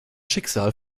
schicksal